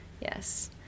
Yes